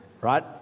right